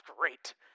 great